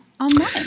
online